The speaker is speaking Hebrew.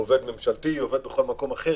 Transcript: עובד ממשלתי או בכל מקום אחר